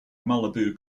malibu